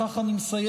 בכך אני מסיים,